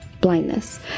blindness